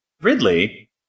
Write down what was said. Ridley